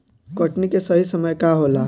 कटनी के सही समय का होला?